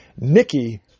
Nikki